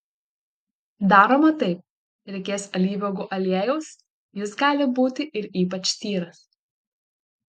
daroma taip reikės alyvuogių aliejaus jis gali būti ir ypač tyras